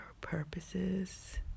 purposes